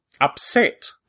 upset